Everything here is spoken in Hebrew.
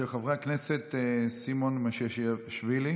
של חברי הכנסת סימון מושיאשוילי